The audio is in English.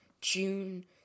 june